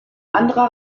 anderer